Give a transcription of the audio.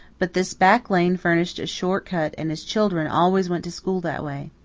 but this back lane furnished a short cut and his children always went to school that way.